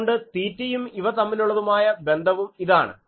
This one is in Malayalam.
അതുകൊണ്ട് തീറ്റയും ഇവതമ്മിലുള്ളതുമായ ബന്ധവും ഇതാണ്